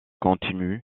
continue